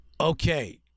Okay